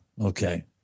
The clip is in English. okay